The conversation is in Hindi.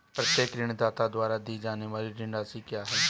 प्रत्येक ऋणदाता द्वारा दी जाने वाली ऋण राशि क्या है?